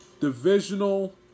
divisional